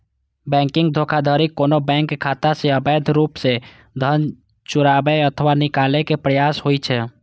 banking धोखाधड़ी कोनो bank खाता सं अवैध रूप सं धन चोराबै अथवा निकाले के प्रयास होइ छै